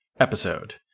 episode